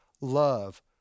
love